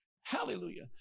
Hallelujah